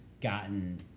gotten